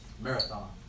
Marathon